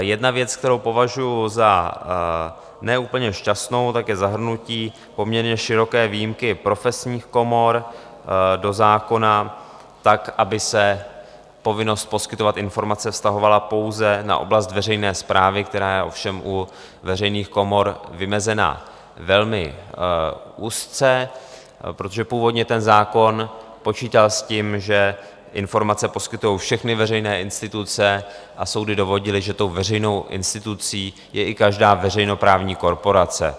Jedna věc, kterou považuji za ne úplně šťastnou, je zahrnutí poměrně široké výjimky profesních komor do zákona tak, aby se povinnost poskytovat informace vztahovala pouze na oblast veřejné správy, která je ovšem u veřejných komor vymezena velmi úzce, protože původně ten zákon počítal s tím, že informace poskytují všechny veřejné instituce, a soudy dovodily, že tou veřejnou institucí je i každá veřejnoprávní korporace.